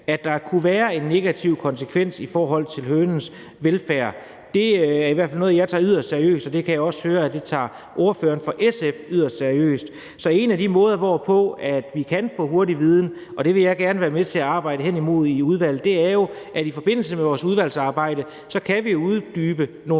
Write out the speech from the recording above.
at der kunne være en negativ konsekvens i forhold til hønens velfærd. Det er i hvert fald noget, jeg tager yderst seriøst, og jeg kan også høre, at det er noget, ordføreren fra SF tager yderst seriøst. Så en af de måder, hvorpå vi kan få hurtig viden – og det vil jeg gerne være med til at arbejde henimod i udvalget – er jo, at vi i forbindelse med vores udvalgsarbejde kan udarbejde nogle